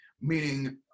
meaning